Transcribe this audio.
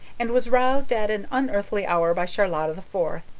and was roused at an unearthly hour by charlotta the fourth.